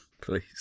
please